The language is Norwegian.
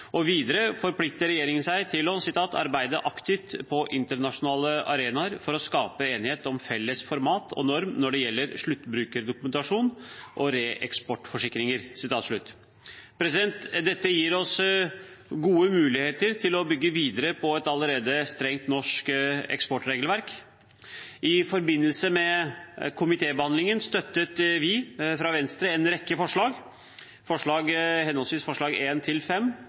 forutsigbarhet». Videre forplikter regjeringen seg til å «arbeide aktivt på internasjonale arenaer for å skape enighet om felles format og norm når det gjelder sluttbrukerdokumentasjon og reeksportforsikringer». Dette gir oss gode muligheter til å bygge videre på et allerede strengt norsk eksportregelverk. I forbindelse med komitébehandlingen var vi fra Venstre med på en rekke forslag, forslagene nr. 1–5, som bl.a. vil gjøre det vanskeligere å eksportere til